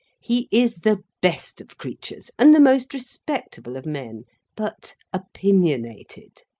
he is the best of creatures, and the most respectable of men but, opinionated.